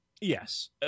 Yes